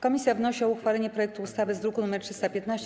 Komisja wnosi o uchwalenie projektu ustawy z druku nr 315.